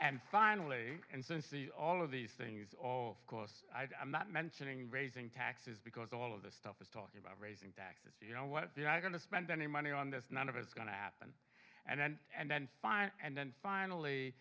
and finally and since the all of these things of course i'm not mentioning raising taxes because all of this stuff is talking about raising taxes you know what they're not going to spend any money on this none of it's going to happen and then fine and then finally